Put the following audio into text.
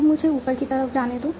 अब मुझे ऊपर की तरफ जाने दो